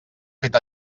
fet